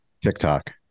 TikTok